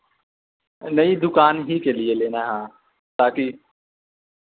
نہیں دکان ہی کے لیے لینا ہے تاکہ